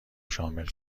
شامل